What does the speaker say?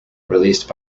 released